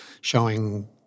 showing